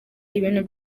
ibintu